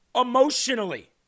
emotionally